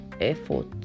effort